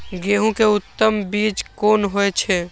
गेंहू के उत्तम बीज कोन होय छे?